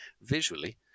visually